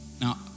Now